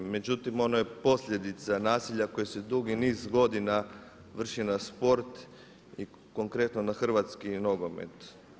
Međutim, ono je posljedica nasilja koje se dugi niz godina vrši na sport i konkretno na hrvatski nogomet.